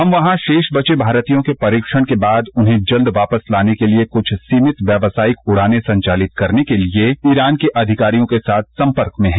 हम वहां रोष बचे भारतीयों के परीक्षण के बाद उन्हें जल्द वापस लाने के लिए कृष्ठ सीनित व्यावसायिक उद्गानें संचालित करने के लिए ईरान के अधिकारियों के साथ संपर्क में है